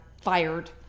fired